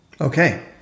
Okay